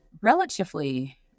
relatively